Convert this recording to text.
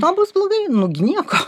to bus blogai nu gi nieko